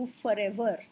forever